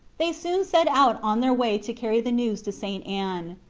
they soon set out on their way to carry the news to st. anne.